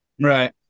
Right